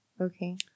okay